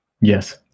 Yes